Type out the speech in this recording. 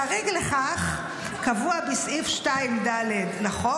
--- חריג לכך קבוע בסעיף 2(ד) לחוק,